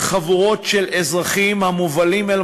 חבורות של אזרחים המובלים פעם אחר פעם